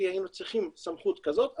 כי היינו צריכים סמכות כזאת,